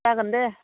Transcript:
जागोन दे